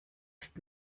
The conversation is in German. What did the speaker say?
ist